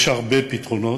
יש הרבה פתרונות,